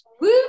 Woo